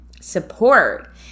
support